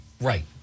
right